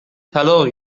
طلاق